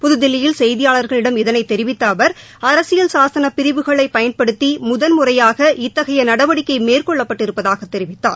புதுதில்லியில் செய்தியாளர்களிடம் இதளை தெரிவித்த அவர் அரசியல் சாசன பிரிவுகளை பயன்படுத்தி முதல்முறையாக இத்தகைய நடவடிக்கை மேற்கொள்ளப்பட்டிருப்பதாக தெரிவித்தார்